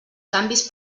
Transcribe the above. canvis